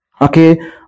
Okay